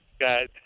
guys